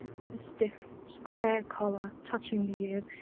with a stiff, square collar touching the ears,